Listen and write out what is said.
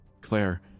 Claire